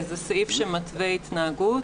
זה סעיף שמתווה התנהגות.